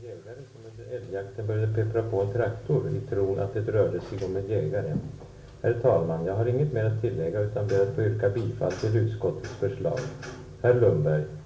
Jag har inget mer att tillägga utan ber att få yrka bifall till utskottets förslag.